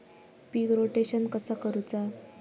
पीक rotation कसा करूचा?